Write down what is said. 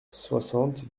soixante